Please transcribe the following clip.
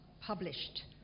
published